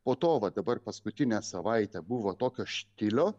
po to va dabar paskutinę savaitę buvo tokio štilio